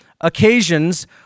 occasions